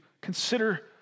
Consider